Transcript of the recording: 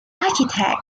architect